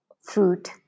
fruit